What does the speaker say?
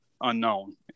unknown